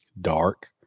dark